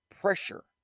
pressure